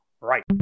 right